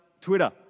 Twitter